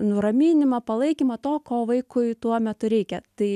nuraminimą palaikymą to ko vaikui tuo metu reikia tai